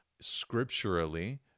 Scripturally